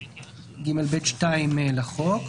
22ג(ב)(2) לחוק,